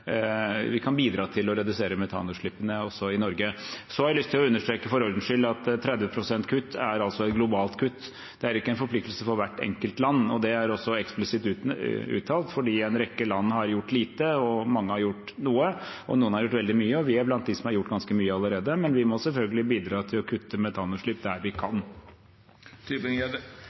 bidra til å redusere metanutslippene også i Norge. Så har jeg for ordens skyld lyst til å understreke at 30 pst. kutt er et globalt kutt, det er ikke en forpliktelse for hvert enkelt land. Det er også eksplisitt uttalt, fordi en rekke land har gjort lite, mange har gjort noe og noen har gjort veldig mye. Vi er blant dem som har gjort ganske mye allerede, men vi må selvfølgelig bidra til å kutte metanutslipp der vi